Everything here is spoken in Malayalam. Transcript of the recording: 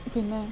പിന്നെ